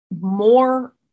more